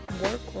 work